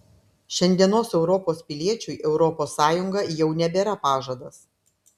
šiandienos europos piliečiui europos sąjunga jau nebėra pažadas